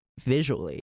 visually